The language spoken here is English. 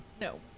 No